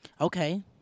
Okay